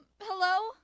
hello